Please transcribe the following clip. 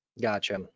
gotcha